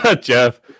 Jeff